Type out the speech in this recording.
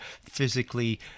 physically